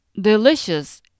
Delicious